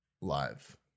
live